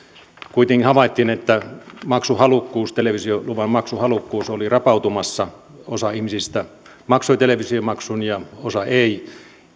kuitenkin havaittiin että televisioluvan maksuhalukkuus oli rapautumassa osa ihmisistä maksoi televisiomaksun ja osa ei